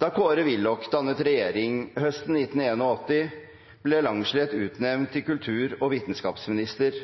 Da Kåre Willoch dannet regjering høsten 1981, ble Langslet utnevnt til kultur- og vitenskapsminister